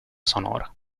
sonora